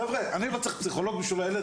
חבר'ה אני לא צריך פסיכולוג בשביל הילד,